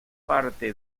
parte